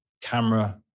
camera